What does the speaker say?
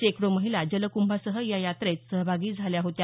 शेकडो महिला जलकंभासह या यात्रेत सहभागी झाल्या होत्या